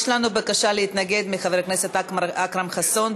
יש לנו בקשה להתנגד מחבר הכנסת אכרם חסון.